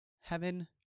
heaven